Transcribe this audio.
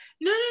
no